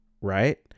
right